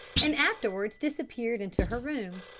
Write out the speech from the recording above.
and afterwards disappeared into her room.